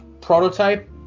prototype